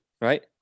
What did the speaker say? right